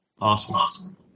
Awesome